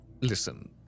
Listen